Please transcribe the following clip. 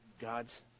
god's